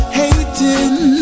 hating